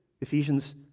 Ephesians